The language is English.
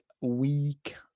week